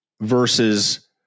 versus